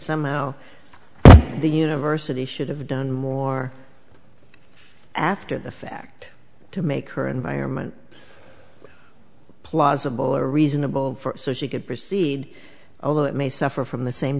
somehow the university should have done more after the fact to make her environment plausible or reasonable for it so she could proceed although it may suffer from the same